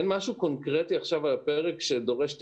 אין משהו קונקרטי עכשיו על הפרק שדורש תקצוב.